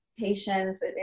patients